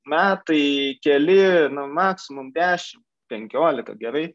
metai keli na mčaksimum dešimt penkiolika gerai